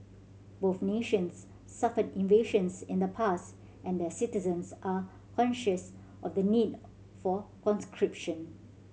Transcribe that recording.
both nations suffered invasions in the past and their citizens are conscious of the need for conscription